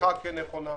שהוכחה כנכונה,